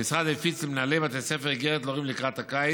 המשרד הפיץ למנהלי בתי הספר איגרת להורים לקראת הקיץ,